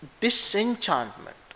disenchantment